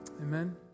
amen